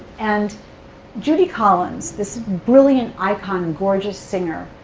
and judy collins, this brilliant icon, gorgeous singer,